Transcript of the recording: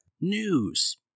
News